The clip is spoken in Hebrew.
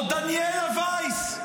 או דניאלה וייס,